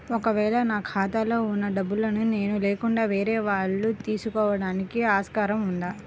ఒక వేళ నా ఖాతాలో వున్న డబ్బులను నేను లేకుండా వేరే వాళ్ళు తీసుకోవడానికి ఆస్కారం ఉందా?